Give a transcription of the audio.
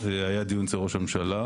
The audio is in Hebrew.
היה דיון אצל ראש הממשלה.